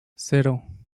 cero